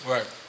Right